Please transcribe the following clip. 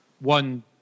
one